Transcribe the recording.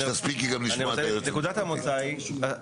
שתספיקי גם לשמוע את היועץ המשפטי.